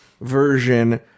version